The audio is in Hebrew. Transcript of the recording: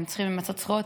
הם צריכים למצות זכויות,